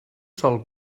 sol